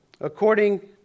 According